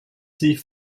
sie